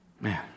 Man